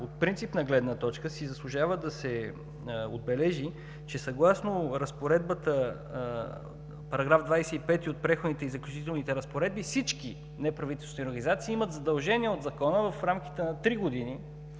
от принципна гледна точка си заслужава да се отбележи, че съгласно разпоредбата на § 25 от Преходните и заключителните разпоредби всички неправителствени организации имат задължение по Закона в рамките на три години